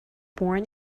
born